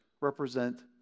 represent